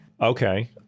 Okay